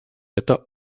это